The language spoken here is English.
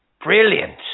Brilliant